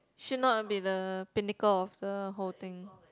should not be the Pinnacle of the whole thing